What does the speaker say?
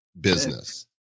business